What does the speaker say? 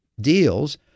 deals